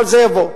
אבל זה יבוא.